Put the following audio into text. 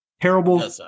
terrible